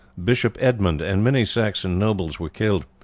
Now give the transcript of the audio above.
bishop edmund and many saxon nobles were killed,